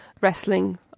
wrestling